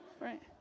right